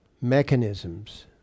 mechanisms